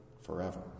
forever